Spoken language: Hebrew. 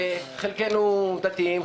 חלקנו דתיים,